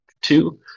Two